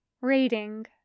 Rating